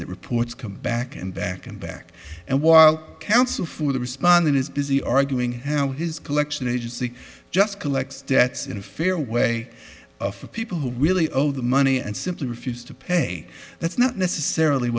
that reports come back and back and back and while counsel for the respondent is busy arguing how his collection agency just collects debts in a fair way for people who really owe the money and simply refuse to pay that's not necessarily